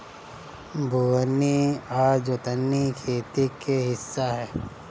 बोअनी आ जोतनी खेती के हिस्सा ह